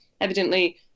evidently